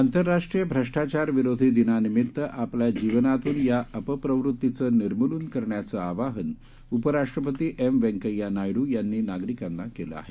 आंतरराष्ट्रीयभ्रष्टाचारविरोधीदिनानिमित्तआपल्याजीवनातूनयाअपप्रवृत्तीचंनिर्मूलनकरण्याचंआवाहनउपराष्ट्रपतीएमव्यंकय्यानायडूयां नीनागरिकांनाकेलंआहे